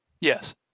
Yes